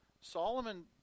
Solomon